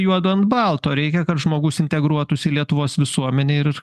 juodu ant balto reikia kad žmogus integruotųsi į lietuvos visuomenę ir